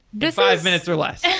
yeah five minutes or less